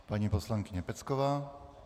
Paní poslankyně Pecková.